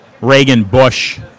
Reagan-Bush